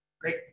Great